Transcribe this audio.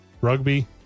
Rugby